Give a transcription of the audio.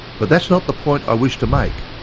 but that's not the point i wish to make